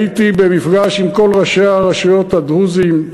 הייתי במפגש עם כל ראשי הרשויות הדרוזים,